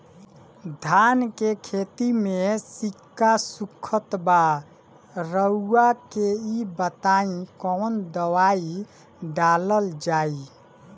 धान के खेती में सिक्का सुखत बा रउआ के ई बताईं कवन दवाइ डालल जाई?